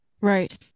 Right